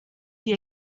die